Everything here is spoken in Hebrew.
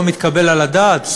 לא מתקבל על הדעת,